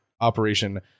operation